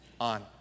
on